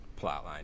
Plotline